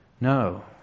No